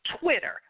Twitter